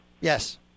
Yes